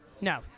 No